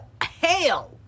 hell